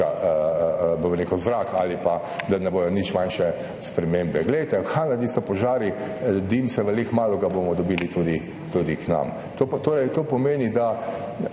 boljši zrak ali pa da ne bodo nič manjše spremembe. V Kanadi so požari, dim se vali, kmalu ga bomo dobili tudi k nam. Torej, to pomeni, da